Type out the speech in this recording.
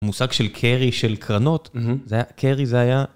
מושג של קרי של קרנות, זה היה, קרי זה היה...